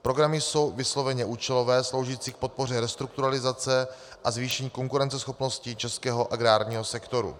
Programy jsou vysloveně účelové, sloužící k podpoře restrukturalizace a zvýšení konkurenceschopnosti českého agrárního sektoru.